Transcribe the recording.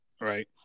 Right